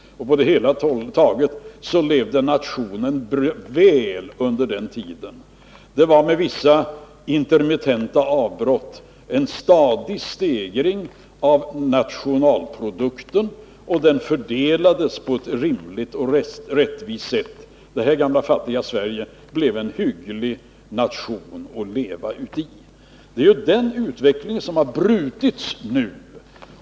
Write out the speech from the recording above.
Och på det hela taget levde nationen väl under den tiden. Det var med vissa intermittenta avbrott en stadig stegring av nationalprodukten, och den fördelades på ett rimligt och rättvist sätt. Det här gamla fattiga Sverige blev en hygglig nation att leva uti. Det är den utvecklingen som brutits nu.